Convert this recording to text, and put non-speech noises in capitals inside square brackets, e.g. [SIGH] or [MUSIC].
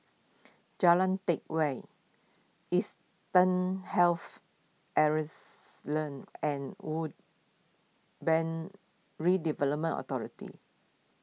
Jalan Teck Whye Eastern Health [UNINTELLIGIBLE] and Urban Redevelopment Authority